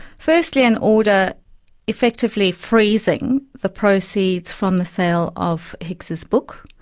firstly, an order effectively freezing the proceeds from the sale of hicks's book.